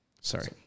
Sorry